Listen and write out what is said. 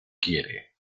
quiere